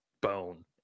bone